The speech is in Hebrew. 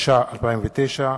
התש"ע 2009,